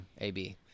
a-b